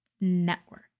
network